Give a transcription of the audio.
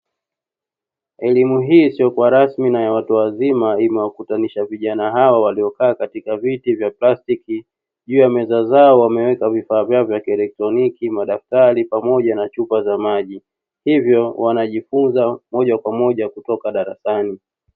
Elimu hii isiokuwa rasmi na ya watu wazima. Imekutanisha vijana hawa waliokaa katika viti vya plastiki, juu ya meza zao wameweka vifaa vyao ya elektroniki, madaftari pamoja na chupa za maji. Hivyo wanajifunza moja kwa moja kutoka darasani.